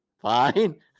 fine